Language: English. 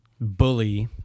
Bully